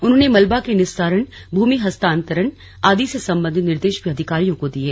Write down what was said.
उन्होंने मलबा के निस्तारण भूमि हस्तांतरण आदि से संबंधित निर्देश भी अधिकारियों को दिये